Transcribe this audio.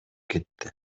кетти